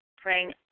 praying